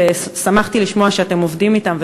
ששמחתי לשמוע שאתם עובדים אתם,